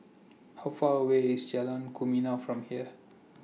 How Far away IS Jalan Kumia from here